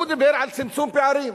הוא דיבר על צמצום פערים,